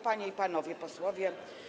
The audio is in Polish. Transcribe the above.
Panie i Panowie Posłowie!